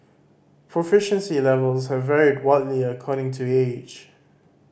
proficiency levels here varied widely according to age